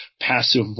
passive